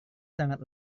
sangat